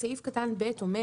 סעיף קטן (ב) אומר